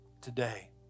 today